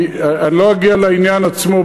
כי אני לא אגיע לעניין עצמו,